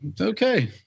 okay